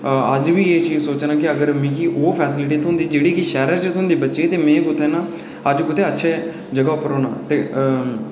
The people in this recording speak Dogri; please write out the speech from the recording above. में अज्ज बी एह् सोचना जे मिगी बी ओह् फैसिलिटी थ्होंदी जेह्ड़ी के शैह्रा च थ्होंदी बच्चें गी ते अज्ज कुतै अच्छे जगह पर होना हा